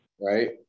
Right